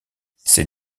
ces